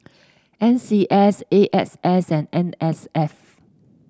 N C S A S S and N S F